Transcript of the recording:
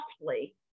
softly